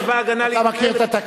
חבר הכנסת טיבי, אתה מכיר את התקנון.